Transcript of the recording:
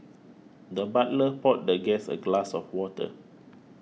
the butler poured the guest a glass of water